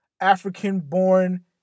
African-born